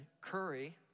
Curry